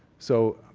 so,